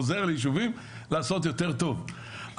עוזר ליישובים לעשות יותר טוב,